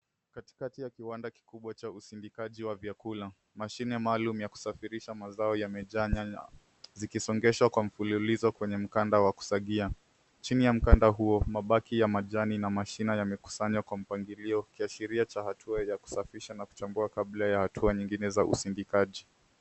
Katikati ya kiwanda kikubwa cha usindikaji wa vyakula, mashine maalumu yakusafirisha mazao yamejaa nyanya zingisogezwa kwa mfululizo kwenye mkanda wa kusagia. Chini ya mkanda huo, mabaki ya majani na mashina yamekusanywa kwa mpangilio, kiashiria cha hatua ya kusafisha na kuchambua kabla ya hatua nyingine za usindikaji.